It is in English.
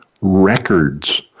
records